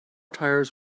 tires